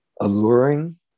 alluring